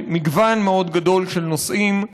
במגוון מאוד גדול של נושאים.